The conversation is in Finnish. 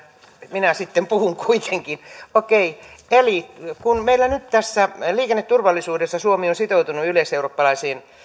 minä sitten puhun kuitenkin eli kun meillä nyt tässä liikenneturvallisuudessa suomi on sitoutunut yleiseurooppalaisiin